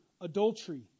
adultery